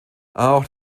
auch